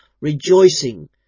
rejoicing